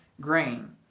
grain